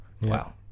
wow